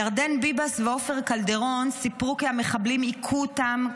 ירדן ביבס ועופר קלדרון סיפרו כי המחבלים הכו אותם,